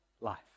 life